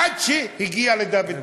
עד שהגיע לדוד ביטן.